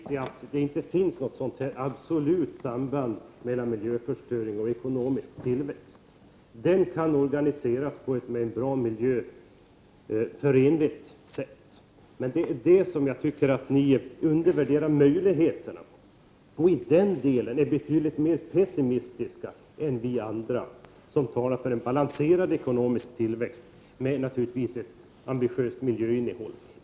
Fru talman! Min poäng ligger naturligtvis i att det inte finns något absolut samband mellan miljöförstöring och ekonomisk tillväxt. Tillväxten kan ske på ett för miljön bra sätt. Jag tycker att ni undervärderar möjligheterna och att ni i den delen är betydligt mer pessimistiska än vi andra som talar för en balanserad ekonomisk tillväxt med, naturligtvis, en ambitiös miljöpolitik.